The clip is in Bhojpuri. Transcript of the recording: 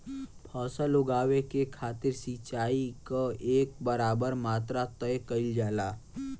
फसल उगावे के खातिर सिचाई क एक बराबर मात्रा तय कइल जाला